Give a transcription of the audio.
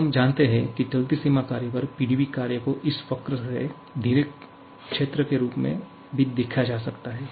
अब हम जानते हैं कि चलती सीमा कार्य पर PdV कार्य को इस वक्र से घिरे क्षेत्र के रूप में भी देखा जा सकता है